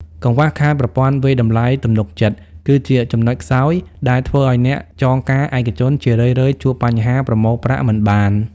កង្វះខាត "ប្រព័ន្ធវាយតម្លៃទំនុកចិត្ត" គឺជាចំណុចខ្សោយដែលធ្វើឱ្យអ្នកចងការឯកជន ជារឿយៗជួបបញ្ហាប្រមូលប្រាក់មិនបាន។